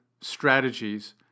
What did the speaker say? strategies